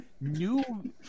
new